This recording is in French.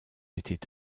était